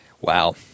Wow